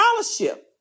scholarship